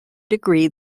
degree